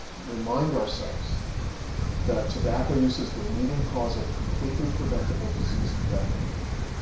remind ourselves that tobacco use is the leading cause of completely preventable disease and death in the country.